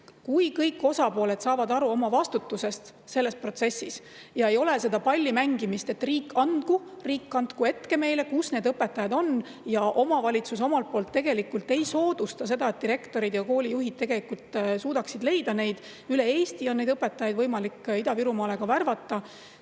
Kui [mõni] osapool ei saa aru oma vastutusest selles protsessis ja on see pallimängimine, et riik andku ette, kus need õpetajad on, ja omavalitsus omalt poolt tegelikult ei soodusta seda, et direktorid ja koolijuhid suudaksid neid leida – üle Eesti on õpetajaid võimalik Ida-Virumaale ka värvata